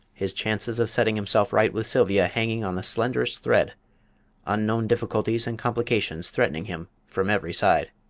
his chances of setting himself right with sylvia hanging on the slenderest thread unknown difficulties and complications threatening him from every side!